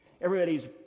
everybody's